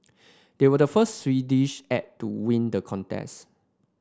they were the first Swedish act to win the contest